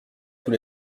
tous